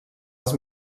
els